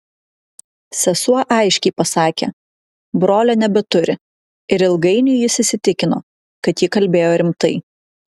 sesuo aiškiai pasakė brolio nebeturi ir ilgainiui jis įsitikino kad ji kalbėjo rimtai